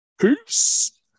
peace